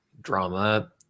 drama